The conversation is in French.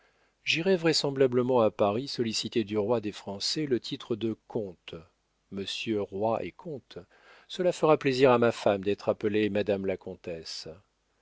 j'irai vraisemblablement à paris solliciter du roi des français le titre de comte monsieur roy est comte cela fera plaisir à ma femme d'être appelée madame la comtesse